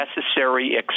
necessary